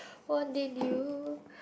what did you